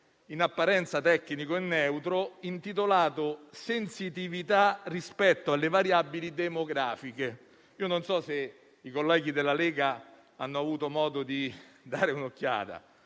in apparenza tecnico e neutro, intitolato «Sensitività rispetto alle variabili demografiche». Non so se i colleghi della Lega abbiano avuto modo di dare un'occhiata,